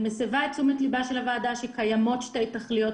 אני מסיבה את תשומת ליבה של הוועדה שקיימות שתי תכליות,